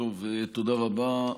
תודה רבה.